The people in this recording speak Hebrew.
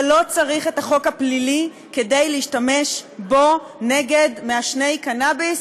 ולא צריך את החוק הפלילי כדי להשתמש בו נגד מעשני קנאביס,